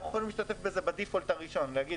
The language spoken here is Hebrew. אנחנו יכולים להשתתף בזה ב-default הראשון ולהגיד